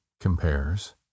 Compares